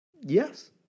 Yes